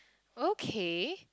okay